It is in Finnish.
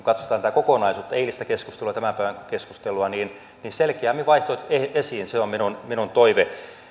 katsotaan tätä kokonaisuutta eilistä keskustelua ja tämän päivän keskustelua niin niin selkeämmin vaihtoehdot esiin se on minun minun toiveeni